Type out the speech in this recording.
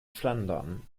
flandern